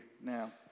now